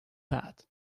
that